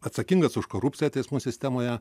atsakingas už korupciją teismų sistemoje